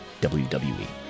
WWE